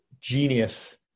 genius